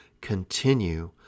continue